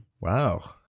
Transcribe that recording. Wow